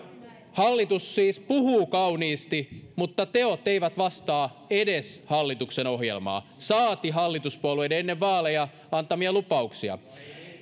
hallitus kyllä puhuu kauniisti mutta teot eivät vastaa edes hallitusohjelmaa saati hallituspuolueiden ennen vaaleja antamia lupauksia